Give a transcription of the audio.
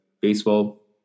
baseball